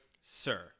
sir